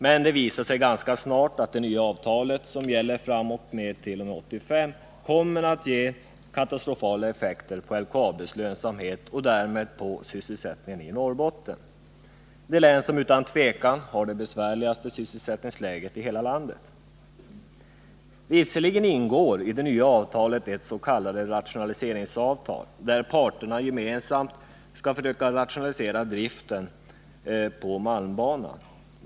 Men det visade sig snart att detta nya avtal, som gäller t.o.m. 1985, kommer att ge katastrofala effekter för LKAB:s lönsamhet och därmed för sysselsättningen i Norrbotten — det län som utan tvivel har det besvärligaste sysselsättningsläget i hela landet. Visserligen ingår i det nya avtalet ett s.k. rationaliseringsavtal, där parterna gemensamt skall försöka rationalisera driften på malmbanan.